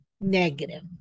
Negative